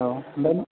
औ